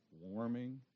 warming